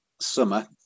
summer